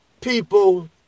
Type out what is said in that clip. people